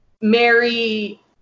Mary